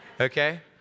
Okay